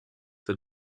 the